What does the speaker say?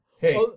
hey